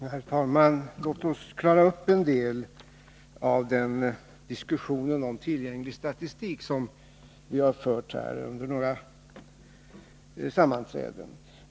Herr talman! Låt oss klara ut en del av den diskussion om tillgänglig statistik som vi under några sammanträden fört.